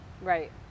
Right